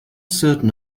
certain